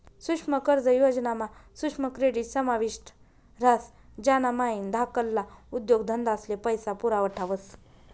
सुक्ष्म कर्ज योजना मा सुक्ष्म क्रेडीट समाविष्ट ह्रास ज्यानामाईन धाकल्ला उद्योगधंदास्ले पैसा पुरवठा व्हस